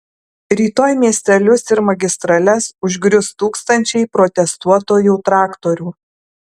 rytoj miestelius ir magistrales užgrius tūkstančiai protestuotojų traktorių